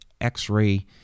x-ray